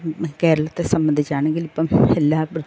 കേരളത്തെ സംബന്ധിച്ചാണെങ്കിൽ ഇപ്പം എല്ലാ